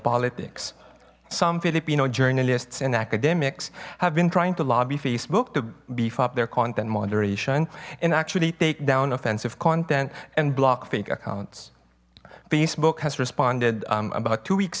politics some filipino journalists and academics have been trying to lobby facebook to beef up their content moderation and actually take down offensive content and block fake accounts facebook has responded about two weeks